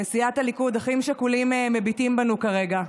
סיעת הליכוד, אחים שכולים מביטים בנו כרגע.